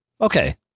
okay